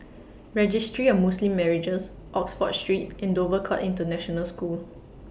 Registry of Muslim Marriages Oxford Street and Dover Court International School